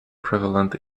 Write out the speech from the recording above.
prevalent